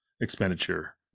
expenditure